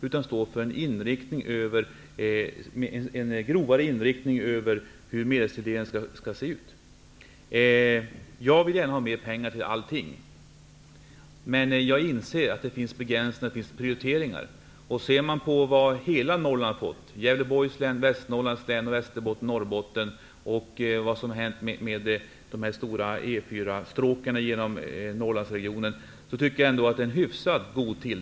I stället handlar det om en grovare inrikting vad gäller medelstilldelningen. Jag vill gärna ha mera pengar till allting. Men jag inser att det finns begränsningar och prioriteringar. Norrland tycker jag ändå att tilldelningen är hyfsad.